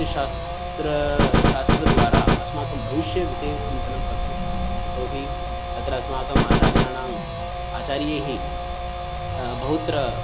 शास्त्र शास्त्रद्वारा अस्माकं भविष्यविषये चिन्तनं कर्तुं शक्नुमः यतो हि तत्र अस्माकम् आचार्याणाम् आचार्यैः बहुत्र